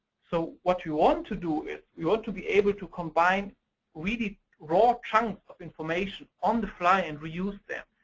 so what you want to do is you ought to be able to combine really raw chunks of information on the fly, and re-use them.